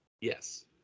Yes